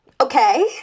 Okay